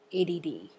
ADD